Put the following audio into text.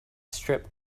strip